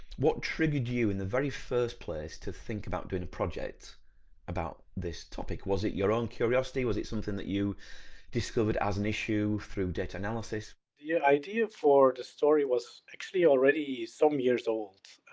what triggered you and very first place to think about doing a project about this topic? was it your own curiosity, was it something that you discovered as an issue through data analysis? the idea for the story was actually already some years old.